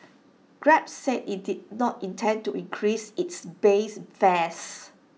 grab said IT did not intend to increase its base fares